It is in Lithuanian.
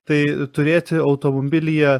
tai turėti automobilyje